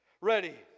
ready